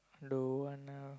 don't want ah